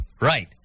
Right